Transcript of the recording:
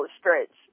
stretch